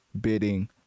bidding